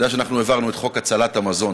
אתה יודע שאנחנו העברנו את חוק עידוד הצלת המזון,